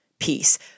peace